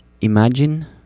imagine